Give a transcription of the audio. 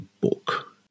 book